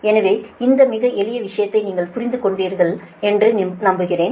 எனவே இந்த மிக எளிய விஷயத்தை நீங்கள் புரிந்து கொண்டீர்கள் என்று நம்புகிறேன்